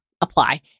apply